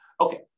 Okay